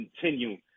continue